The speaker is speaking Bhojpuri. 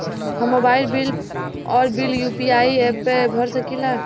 हम मोबाइल बिल और बिल यू.पी.आई एप से भर सकिला